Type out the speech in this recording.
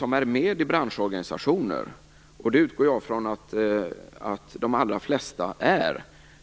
Jag utgår från att de allra flesta företag är med i branschorganisationer.